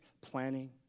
planning